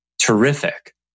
Terrific